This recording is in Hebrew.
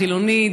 חילוני,